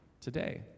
today